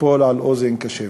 תיפול על אוזן קשבת.